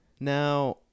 Now